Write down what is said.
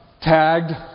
tagged